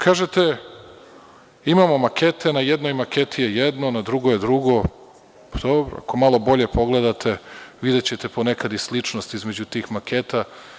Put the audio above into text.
Kažete – imamo makete na jednoj maketi je jedno, na drugoj drugo, to ako malo bolje pogledate videćete ponekad i sličnost između tih maketa.